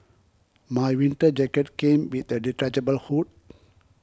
my winter jacket came with a detachable hood